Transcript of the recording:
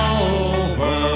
over